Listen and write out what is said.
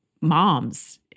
moms